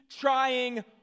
trying